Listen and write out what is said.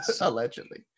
Allegedly